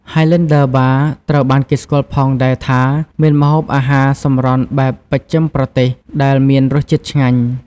ហាយឡែនឌឺ បារ (Highlander Bar) ត្រូវបានគេស្គាល់ផងដែរ ថាមានម្ហូបអាហារសម្រន់បែបបស្ចិមប្រទេសដែលមានរសជាតិឆ្ងាញ់។